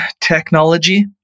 technology